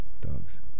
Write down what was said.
Dogs